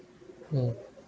hmm